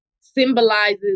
symbolizes